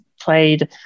played